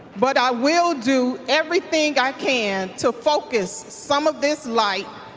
but i will do everything i can to focus some of this light